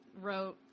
wrote